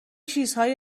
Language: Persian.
چیزهایی